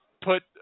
put